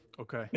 Okay